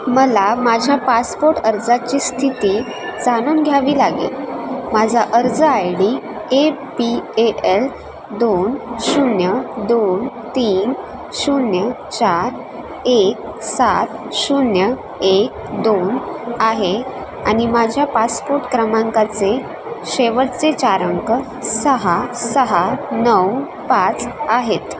मला माझ्या पासपोर्ट अर्जाची स्थिती जाणून घ्यावी लागेल माझा अर्ज I D A P A L दोन शून्य दोन तीन शून्य चार एक सात शून्य एक दोन आहे आणि माझ्या पासपोर्ट क्रमांकाचे शेवटचे चार अंक सहा सहा नऊ पाच आहेत